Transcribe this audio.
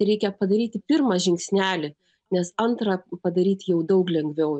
reikia padaryti pirmą žingsnelį nes antrą padaryt jau daug lengviau